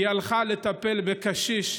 היא הלכה לטפל בקשיש,